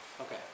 Okay